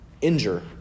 injure